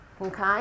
Okay